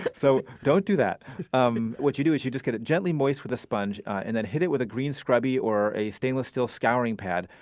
so don't do that um what you do is you just get it gently moist with a sponge, and hit it with a green scrubbie or a stainless steel scouring pad,